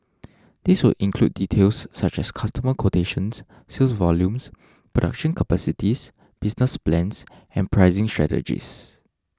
this would include details such as customer quotations sales volumes production capacities business plans and pricing strategies